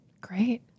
Great